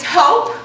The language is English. hope